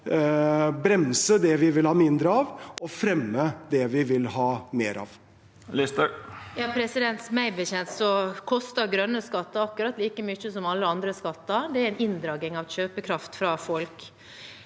bremse det vi vil ha mindre av, og fremme det vi vil ha mer av.